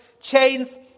chains